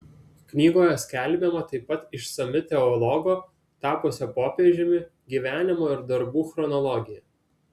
knygoje skelbiama taip pat išsami teologo tapusio popiežiumi gyvenimo ir darbų chronologija